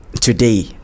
today